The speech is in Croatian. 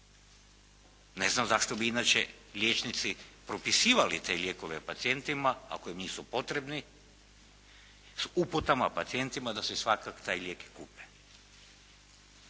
Ne znam zašto bi inače liječnici propisivali te lijekove pacijentima ako im nisu potrebni s uputama pacijentima da si svakako taj lijek kupe.